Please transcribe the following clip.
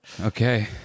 Okay